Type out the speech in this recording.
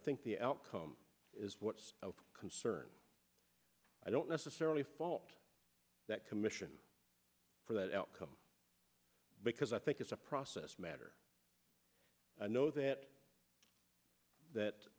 think the outcome is what's of concern i don't necessarily fault that commission for that outcome because i think it's a process matter i know that that